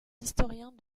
historiens